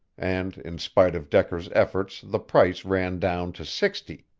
and in spite of decker's efforts the price ran down to sixty.